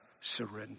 surrender